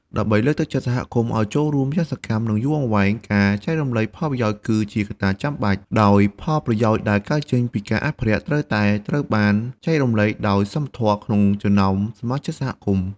ដើម្បីលើកទឹកចិត្តសហគមន៍ឱ្យចូលរួមយ៉ាងសកម្ម និងយូរអង្វែង ការចែករំលែកផលប្រយោជន៍ គឺជាកត្តាចាំបាច់ ដោយផលប្រយោជន៍ដែលកើតចេញពីការអភិរក្ស ត្រូវតែត្រូវបាន ចែករំលែកដោយសមធម៌ ក្នុងចំណោមសមាជិកសហគមន៍។